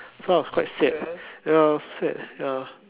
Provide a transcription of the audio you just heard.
so I was quite sad ya so sad ya